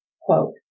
Quote